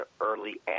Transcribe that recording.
early